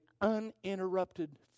uninterrupted